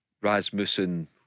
Rasmussen